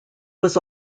was